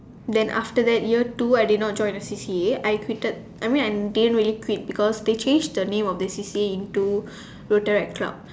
then after that year two I did not join A C_C_A I quitted I mean I didn't really quit because they changed the name of the C_C_A into retract club